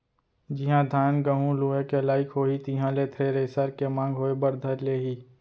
जिहॉं धान, गहूँ लुए के लाइक होही तिहां ले थेरेसर के मांग होय बर धर लेही